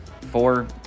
four